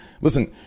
listen